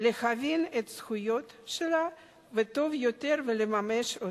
להבין את זכויותיה טוב יותר ולממש אותן.